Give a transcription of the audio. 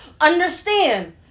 understand